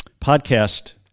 podcast